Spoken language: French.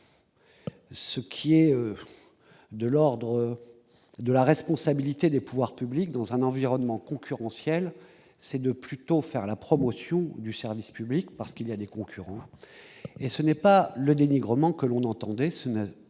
ce qui est de l'ordre de la responsabilité des pouvoirs publics dans un environnement concurrentiel, c'est plutôt de faire la promotion du service public, parce qu'il y a des concurrents, et non de faire preuve de dénigrement- tel n'a